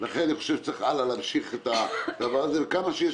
אני חושב שצריך להמשיך הלאה וכמה שיש